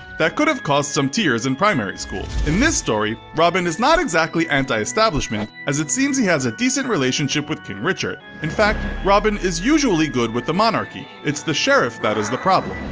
that could have caused some tears in primary school. in this story, robin is not exactly anti-establishment as it seems he has a decent relationship with king richard. in fact, robin is usually good with the monarchy it's the sheriff that is the problem.